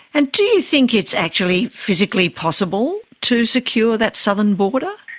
and do you think it's actually physically possible to secure that southern border?